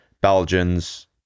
Belgians